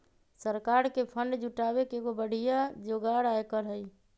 सरकार के फंड जुटावे के एगो बढ़िया जोगार आयकर हई